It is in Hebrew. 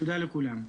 תודה לכולם.